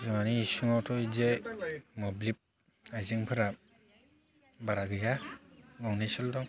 जोंहानि इसुङाथ' बिदि मोब्लिब आयजेंफोरा बारा गैया गंनैसोल' दं